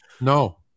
No